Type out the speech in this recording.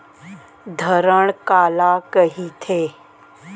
धरण काला कहिथे?